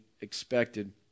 expected